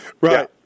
Right